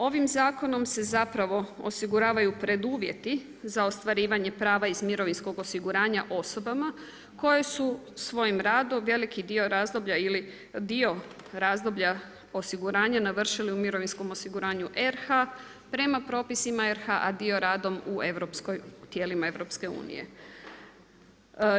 Ovim zakonom se zapravo osiguravaju preduvjeti za ostvarivanje prava iz mirovinskog osiguranja osobama koje su svojim radom veliki dio razdoblja ili dio razdoblja osiguranja navršili u mirovinskom osiguranju RH prema propisima RH a dio radom u tijelima u EU-u.